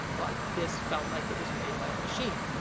but, this felt like it was made by a machine.